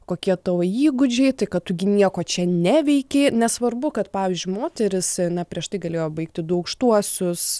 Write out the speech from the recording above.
kokie tavo įgūdžiai tai kad tu gi nieko čia neveiki nesvarbu kad pavyzdžiui moteris na prieš tai galėjo baigti du aukštuosius